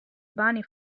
bunny